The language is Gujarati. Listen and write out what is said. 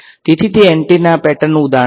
તેથીતે એન્ટેના પેટર્નનું ઉદાહરણ છે